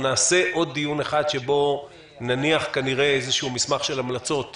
נערוך עוד דיון אחד שבו נניח כנראה איזה מסמך של המלצות להמשך,